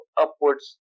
upwards